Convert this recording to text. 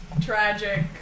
Tragic